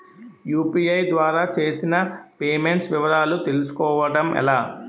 UPI ద్వారా చేసిన payments వివరాలు తెలుసుకోవటం ఎలా?